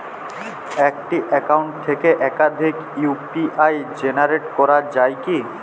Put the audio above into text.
একটি অ্যাকাউন্ট থেকে একাধিক ইউ.পি.আই জেনারেট করা যায় কি?